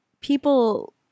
people